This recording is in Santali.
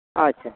ᱟᱪᱪᱷᱟ